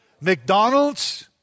McDonald's